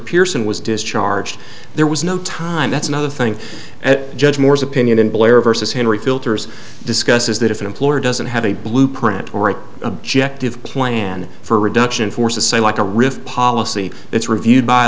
pearson was discharged there was no time that's another thing judge moore's opinion in blair versus henry filters discussed is that if an employer doesn't have a blueprint or an objective plan for reduction forces say like a rift policy it's reviewed by